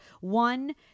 one